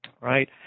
right